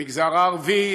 המגזר הערבי,